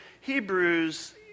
Hebrews